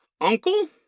uncle